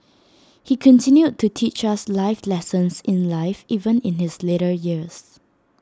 he continued to teach us life lessons in life even in his later years